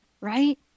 Right